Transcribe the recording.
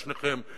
שניכם,